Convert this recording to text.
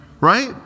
right